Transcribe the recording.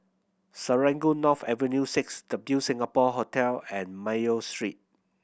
Serangoon North Avenue Six W Singapore Hotel and Mayo Street